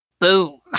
Boom